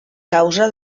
causa